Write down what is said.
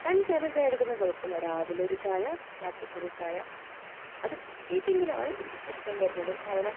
രണ്ട് നേരം ചായ കുടിക്കുന്നത് കുഴപ്പമില്ല രാവിലെ ഒരു ചായ രാത്രിക്ക് ഒരു ചായ അത് കിട്ടിയിട്ടില്ലെങ്കിലാണ് പ്രശ്നം വരുന്നത് കാരണം